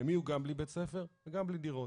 הם יהיו גם בלי בית ספר וגם בלי דירות.